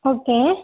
okay